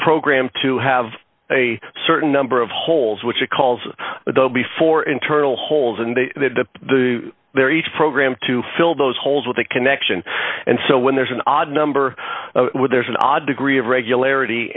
programmed to have a certain number of holes which it calls the before internal holes and the there each program to fill those holes with a connection and so when there's an odd number of there's an odd degree of regularity